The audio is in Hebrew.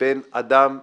בין אדם לחברו,